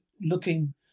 looking